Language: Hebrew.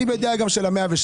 אני גם בדעה של ה-107,